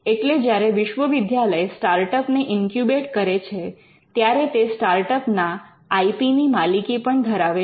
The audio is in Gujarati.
એટલે જ્યારે વિશ્વવિદ્યાલય સ્ટાર્ટઅપ ને ઇન્ક્યુબેટ્ કરે છે ત્યારે તે સ્ટાર્ટઅપ ના આઈ પી ની માલિકી પણ ધરાવે છે